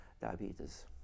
diabetes